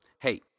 hey